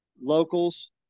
locals